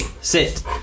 sit